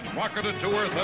rocketed to